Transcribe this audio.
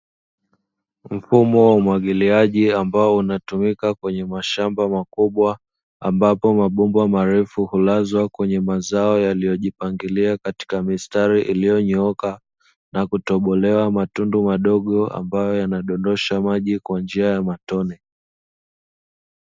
Mfumo wa umwagiliaji ambao unaotumika kwenye mashamba makubwa, ambapo mabomba marefu hulazwa kwenye mazao yaliyojipangilia katika mistari iliyonyooka na kutobolewa matundu madogo ambayo yanadondosha maji kwa njia ya matone.